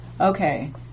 Okay